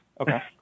Okay